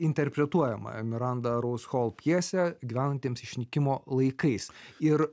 interpretuojama miranda rous chol pjesė gyvenantiems išnykimo laikais ir